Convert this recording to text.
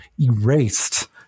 Erased